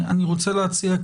אני רוצה להציע,